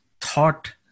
thought